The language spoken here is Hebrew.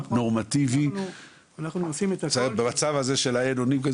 נורמטיבי צריך לעשות במצב הזה של האין אונים.